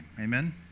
Amen